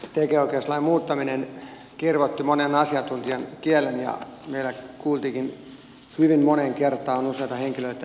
tekijänoikeuslain muuttaminen kirvoitti monen asiantuntijan kielen ja meillä kuultiinkin hyvin moneen kertaan useita henkilöitä